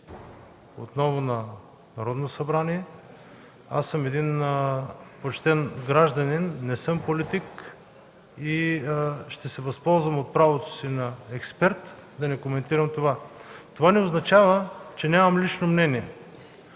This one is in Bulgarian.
отново на Народното събрание. Аз съм един почтен гражданин, не съм политик и ще се възползвам от правото си на експерт да не коментирам това. Това не означава, че нямам лично мнение.